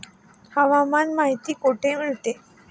हवामान माहिती कुठे मिळते?